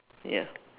ya